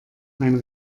mein